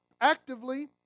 actively